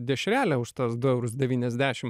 dešrelę už tuos du eurus devyniasdešim